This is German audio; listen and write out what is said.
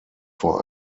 vor